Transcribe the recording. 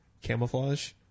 camouflage